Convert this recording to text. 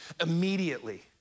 Immediately